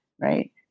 right